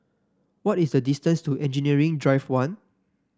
what is the distance to Engineering Drive One